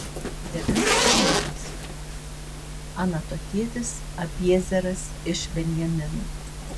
devintojo mėnesio anatotietis abiezeras iš benjamino